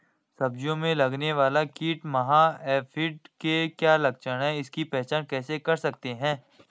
सब्जियों में लगने वाला कीट माह एफिड के क्या लक्षण हैं इसकी पहचान कैसे कर सकते हैं?